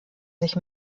sich